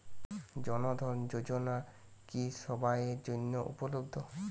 জন ধন যোজনা কি সবায়ের জন্য উপলব্ধ?